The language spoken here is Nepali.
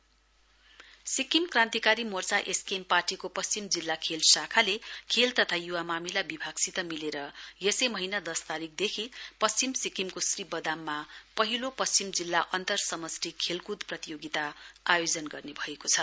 athletic meet Sikkim Krantikari Morcha SKM पश्चिम जिल्ला खेल शाखाले खेल शाखाले खेल तथा य्वा मामिला विभागसित मिलेर यसै महीना दश तारीकदेखि पश्चिम सिक्किमको श्रीबदाममा पहिलो पश्चिम जिल्ला अन्तसमष्टि खेलक्द प्रतियोगिता आयोजना गर्ने भएको छ